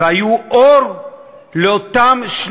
למי